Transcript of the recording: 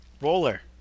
Roller